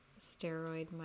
steroid